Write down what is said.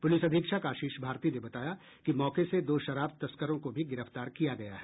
police अधीक्षक आशीष भारती ने बताया कि मौके से दो शराब तस्करों को भी गिरफ्तार किया गया है